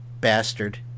bastard